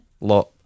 lot